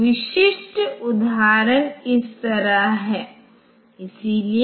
तो यह कुछ निश्चित मेमोरी स्थानों की ओर इशारा कर सकता है